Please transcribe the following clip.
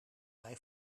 wij